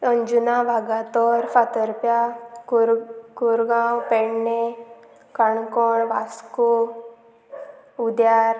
अंजुना वागातोर फातरप्या कोर कोरगांव पेडणे काणकोण वास्को उद्यार